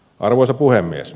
arvoisa puhemies